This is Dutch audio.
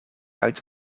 uit